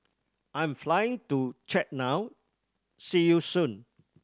I'm flying to Chad now see you soon